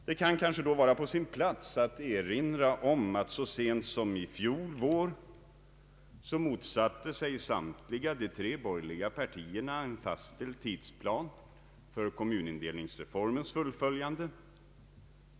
Det kan kanske då vara på sin plats att erinra om att så sent som i fjol vår motsatte sig samtliga de tre borgerliga partierna en fastställd tidsplan för kommunindelningsreformens fullföljande.